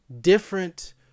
different